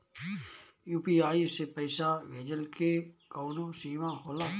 UPI से पईसा भेजल के कौनो सीमा होला?